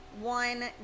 one